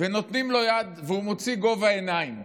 נותנים לו יד והוא יוצא, בגובה העיניים.